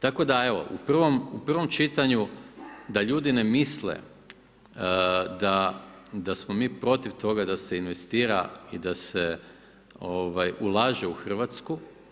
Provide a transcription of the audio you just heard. Tako da evo u prvom čitanju da ljudi ne misle da smo mi protiv toga da se investira i da se ulaže u Hrvatsku.